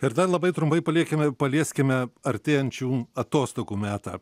ir dar labai trumpai palikime palieskime artėjančių atostogų metą